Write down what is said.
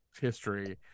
history